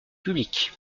public